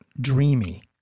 dreamy